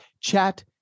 chat